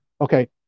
Okay